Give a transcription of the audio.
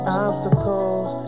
obstacles